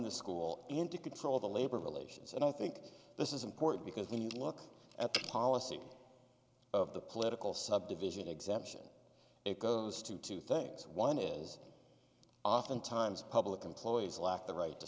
the school and to control the labor relations and i think this is important because when you look at the coliseum of the political subdivision exemption it goes to two things one is oftentimes public employees lack the right to